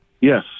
Yes